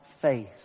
faith